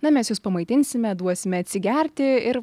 na mes jus pamaitinsime duosime atsigerti ir